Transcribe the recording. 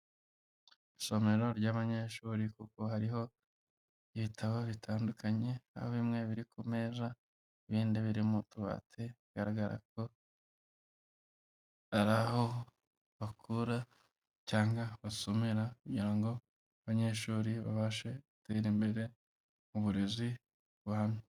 Isomero ry'abanyeshuri kuko hariho ibitabo bitandukanye, aho bimwe biri ku meza ibindi biri mu tubati, bigaragara ko ari aho bakura cyangwa basomera kugira ngo abanyeshuri babashe gutera imbere mu burezi buhamye.